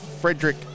Frederick